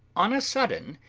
on a sudden,